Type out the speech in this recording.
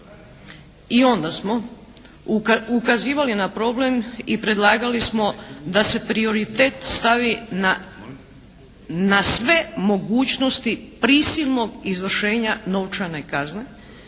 I onda smo ukazivali na problem i predlagali smo da se prioritet stavi na sve mogućnosti prisilnog izvršenja novčane kazne,